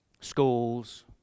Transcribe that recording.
schools